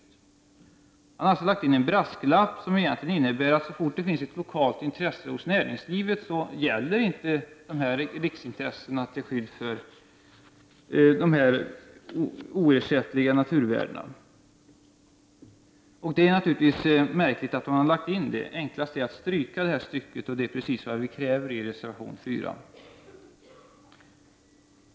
Man har alltså lagt in en brasklapp som egentligen innebär att bestämmelserna om riksintressen till skydd för de oersättliga naturvärdena inte gäller så fort det finns ett lokalt intresse hos näringslivet. Detta är naturligtvis märkligt. Det enklaste vore att stryka det här stycket, vilket är precis vad vi kräver i reservation 4.